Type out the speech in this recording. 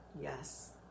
yes